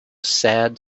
sad